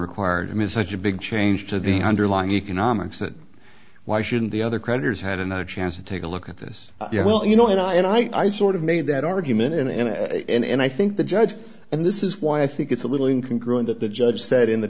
required i mean such a big change to the underlying economics that why shouldn't the other creditors had another chance to take a look at this well you know when i and i sort of made that argument and and i think the judge and this is why i think it's a little in can grow in that the judge said in the